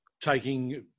taking